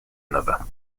another